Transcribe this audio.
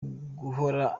guhora